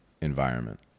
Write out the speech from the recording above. environment